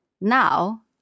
now